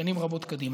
שנים רבות קדימה.